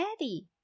Eddie